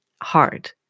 hard